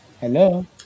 Hello